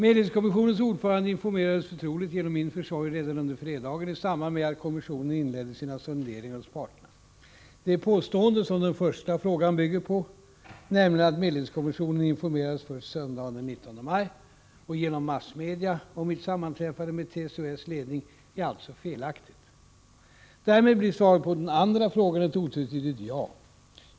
Medlingskommissionens ordförande informerades förtroligt genom min försorg redan under fredagen i samband med att kommissionen inledde sina sonderingar hos parterna. Det påstående som den första frågan bygger på — nämligen att medlingskommissionen informerades först söndagen den 19 maj och genom massmedia om mitt sammanträffande med TCO-S ledning — är alltså felaktigt. Därmed blir svaret på den andra frågan ett otvetydigt ja.